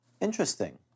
Interesting